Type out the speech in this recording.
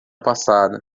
passada